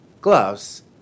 gloves